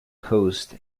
coast